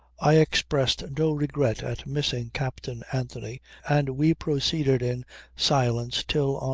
i expressed no regret at missing captain anthony and we proceeded in silence till,